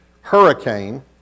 hurricane